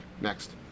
next